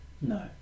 No